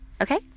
Okay